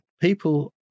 People